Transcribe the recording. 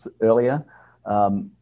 earlier